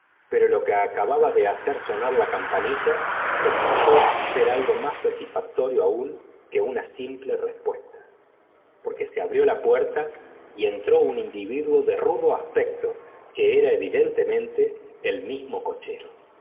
pero lo que acababa de hacer sonar la campanilla resultó ser algo más satisfactorio aún que una simple respuesta porque se abrió la puerta y entró un individuo de rudo aspecto que era evidentemente el mismo cochero